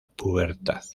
pubertad